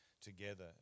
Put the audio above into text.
together